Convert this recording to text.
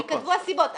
עוד פעם...